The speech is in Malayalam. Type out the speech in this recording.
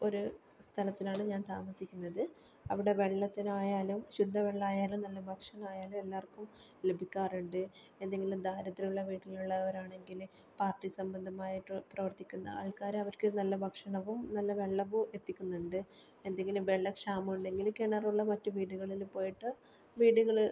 ഒരു സ്ഥലത്തിലാണ് ഞാൻ താമസിക്കുന്നത് അവിടെ വെള്ളത്തിനായാലും ശുദ്ധ വെള്ളം ആയാലും നല്ല ഭക്ഷണായാലും എല്ലാർക്കും ലഭിക്കാറുണ്ട് എന്തെങ്കിലും ദാരിദ്ര്യമുള്ള വീട്ടിലുള്ളവരാണെങ്കില് പാർട്ടി സംബന്ധമായിട്ട് പ്രവർത്തിക്കുന്ന ആൾക്കാര് അവർക്ക് നല്ല ഭക്ഷണവും നല്ല വെള്ളവും എത്തിക്കുന്നുണ്ട് എന്തെങ്കിലും വെള്ള ക്ഷാമം ഉണ്ടെങ്കില് കിണറുള്ള മറ്റു വീടുകളില് പോയിട്ട് വീടുകള്